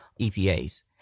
EPAs